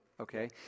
Okay